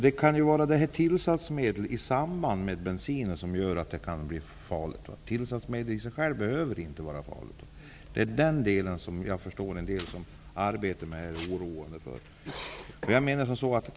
Fru talman! Tillsatsmedel i samband med bensin kan göra att det blir farligt. Tillsatsmedlet i sig självt behöver inte vara farligt. Det är den delen som en del som arbetar med bensin är oroade för.